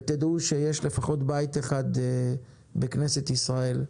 ותדעו שיש לפחות בית אחד בכנסת ישראל,